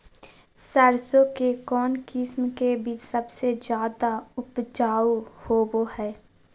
सरसों के कौन किस्म के बीच सबसे ज्यादा उपजाऊ होबो हय?